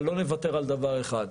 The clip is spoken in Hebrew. אבל לא נוותר על דבר אחד,